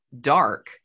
dark